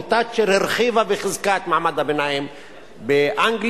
כי תאצ'ר הרחיבה וחיזקה את מעמד הביניים באנגליה,